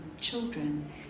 children